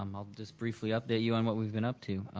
um i'll just briefly update you on what we've been up to.